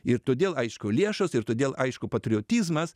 ir todėl aišku lėšos ir todėl aišku patriotizmas